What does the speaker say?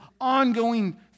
ongoing